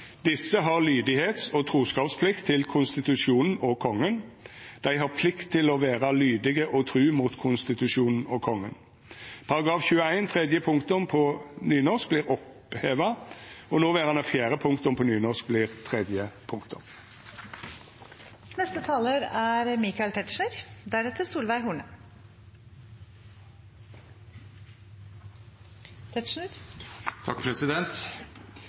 har lydighets- og troskapsplikt til konstitusjonen og kongen. Dei har plikt til å vere lydige og tru mot konstitusjonen og kongen. Paragraf 21 tredje punktum på nynorsk oppheves. Nåværende fjerde punktum på nynorsk blir tredje punktum.» Jeg vil begynne med å peke på at Grunnloven er